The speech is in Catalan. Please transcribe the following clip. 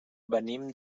venim